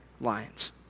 lions